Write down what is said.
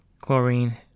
chlorine